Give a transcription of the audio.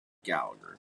gallagher